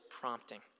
prompting